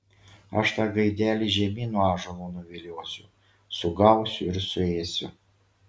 aš tą gaidelį žemyn nuo ąžuolo nuviliosiu sugausiu ir suėsiu